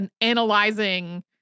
analyzing